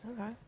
Okay